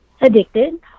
addicted